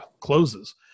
closes